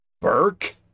Burke